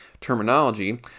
terminology